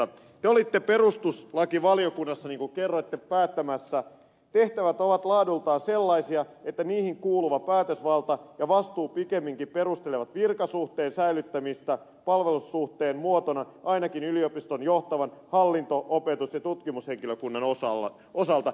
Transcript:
te olitte perustuslakivaliokunnassa niin kuin kerroitte päättämässä että tehtävät ovat laadultaan sellaisia että niihin kuuluva päätösvalta ja vastuu pikemminkin perustelevat virkasuhteen säilyttämistä palvelussuhteen muotona ainakin yliopiston johtavan hallinto opetus ja tutkimushenkilökunnan osalta